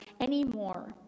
anymore